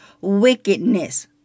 wickedness